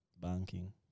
banking